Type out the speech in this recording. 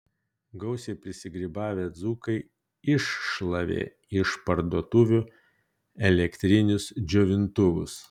gausiai prisigrybavę dzūkai iššlavė iš parduotuvių elektrinius džiovintuvus